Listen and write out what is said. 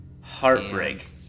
heartbreak